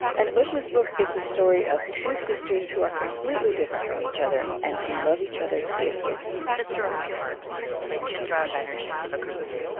and uzma's book is the story of two sisters who are completely different from each other and who love each other fiercely sister of my heart by chitra banerjee divakaruni.